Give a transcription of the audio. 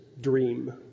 dream